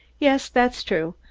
yes, that's true.